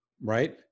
right